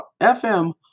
FM